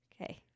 Okay